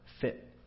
fit